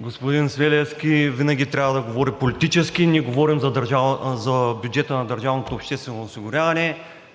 Господин Свиленски винаги трябва да говори политически, а ние говорим за бюджета на държавното обществено осигуряване.